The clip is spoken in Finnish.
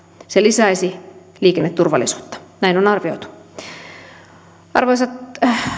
se lisäisi liikenneturvallisuutta näin on arvioitu arvoisa puhemies arvoisat